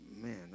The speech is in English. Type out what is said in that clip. man